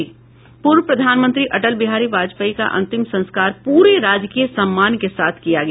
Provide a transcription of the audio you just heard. पूर्व प्रधानमंत्री अटल बिहारी वाजपेयी का अंतिम संस्कार पूरे राजकीय सम्मान के साथ किया गया